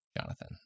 Jonathan